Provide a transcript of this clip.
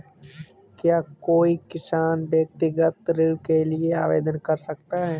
क्या कोई किसान व्यक्तिगत ऋण के लिए आवेदन कर सकता है?